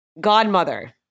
godmother